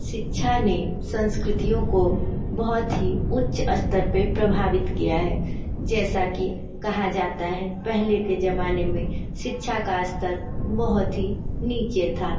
शिक्षा ने संस्कृतिओं को बहुत ही उच्च स्तर पे प्रभावित किया है जैसा कि कहा जाता है पहले के ज़माने में शिक्षा का स्तर बहुत ही नीचे था